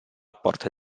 porta